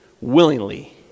Willingly